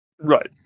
Right